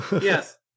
Yes